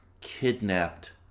kidnapped